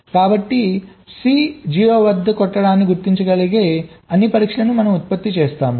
కాబట్టిC 0 వద్ద కొట్టడాన్ని గుర్తించగలిగే అన్ని పరీక్షలను మనము ఉత్పత్తి చేసాము